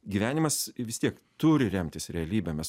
gyvenimas vis tiek turi remtis realybe mes